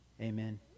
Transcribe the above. Amen